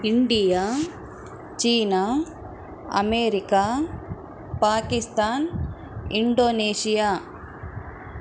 India China America Pakistan Indonesia